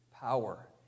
Power